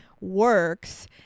works